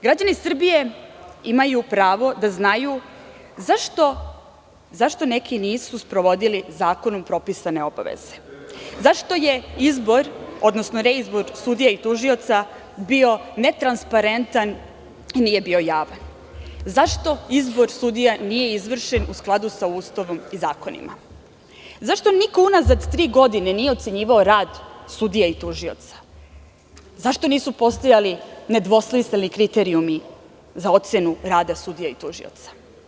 Građani Srbije imaju pravo da znaju zašto neki nisu sprovodili zakonom propisane obaveze, zašto je izbor, odnosno reizbor sudija i tužioca bio netransparentan i nije bio javan, zašto izbor sudija nije izvršen u skladu sa Ustavom i zakonima, zašto niko unazad tri godine nije ocenjivao rad sudija i tužioca, zašto nisu postojali nedvosmisleni kriterijumi za ocenu rada sudija i tužioca.